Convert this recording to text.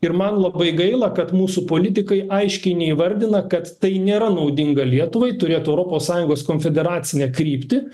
ir man labai gaila kad mūsų politikai aiškiai neįvardina kad tai nėra naudinga lietuvai turėt europos sąjungos konfederacinę kryptį